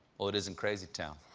it is in crazytown.